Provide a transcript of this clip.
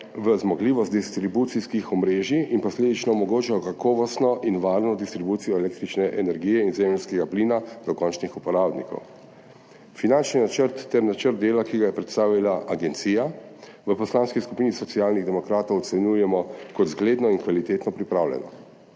v zmogljivost distribucijskih omrežij in posledično omogočajo kakovostno in varno distribucijo električne energije in zemeljskega plina do končnih uporabnikov. Finančni načrt ter načrt dela, ki ga je predstavila agencija v Poslanski skupini Socialnih demokratov ocenjujemo kot zgledno in kvalitetno pripravljeno.